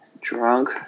Drunk